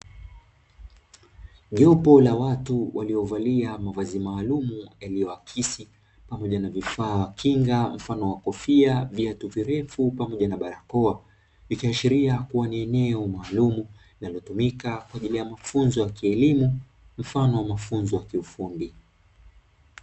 Jopo la watu waliovalia mavazi maalumu yaliyoakisi pamoja na vifaa kinga mfano wa kofia, viatu virefu pamoja na barakoa, ikiashiria kuwa ni eneo maalumu linalotumika kwa ajili ya mafunzo ya kielimu mfano mafunzo ya kiufundi.